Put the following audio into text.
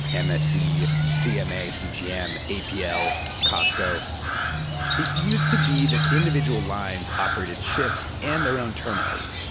and msc, cma, cgm, apl, costco. it used to be that individual lines operated ships and their own terminals.